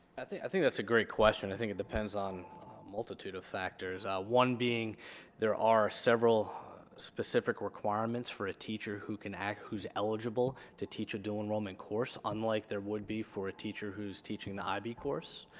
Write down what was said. i think, i think that's a great question. i think it depends on a multitude of factors, one being there are several specific requirements for a teacher who can act, who's eligible to teach a dual enrollment course, unlike there would be for a teacher who's teaching the ib course.